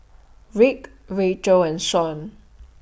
Rick Racheal and shown